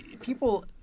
people